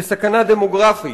כסכנה דמוגרפית,